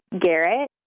Garrett